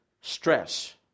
stress